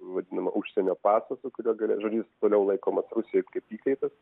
vadinamą užsienio pasą su kuriuo galės žodžiu jis toliau laikomas rusijoj kaip įkaitas